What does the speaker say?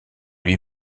lui